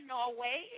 Norway